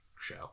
show